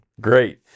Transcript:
Great